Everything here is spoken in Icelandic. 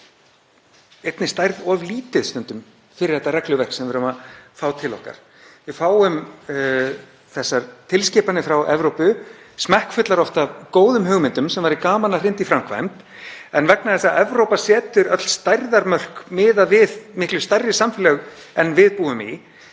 einni stærð of lítið fyrir þetta regluverk sem við fáum til okkar. Við fáum þessar tilskipanir frá Evrópu, oft smekkfullar af góðum hugmyndum sem væri gaman að hrinda í framkvæmd, en vegna þess að Evrópa setur öll stærðarmörk miðað við miklu stærri samfélög en við búum í